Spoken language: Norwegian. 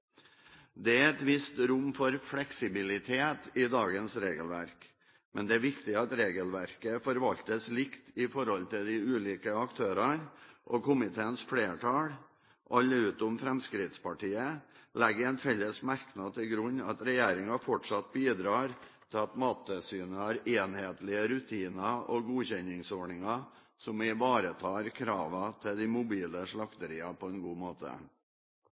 Det er et visst rom for fleksibilitet i dagens regelverk, men det er viktig at regelverket forvaltes likt i forhold til de ulike aktørene. Komiteens flertall, alle utenom Fremskrittspartiet, legger i en felles merknad til grunn at regjeringen fortsatt bidrar til at Mattilsynet har enhetlige rutiner og godkjenningsordninger som ivaretar kravene til de mobile slakteriene på en god måte.